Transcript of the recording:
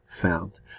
found